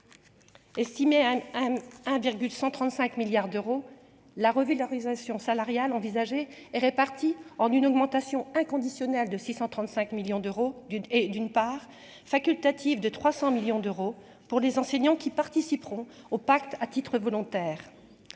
et mais à 1 135 milliards d'euros, la revue de l'harmonisation salariale envisagée répartis en une augmentation inconditionnel de 635 millions d'euros d'une et, d'une part, facultative de 300 millions d'euros pour les enseignants qui participeront au pacte à titre volontaire,